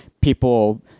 people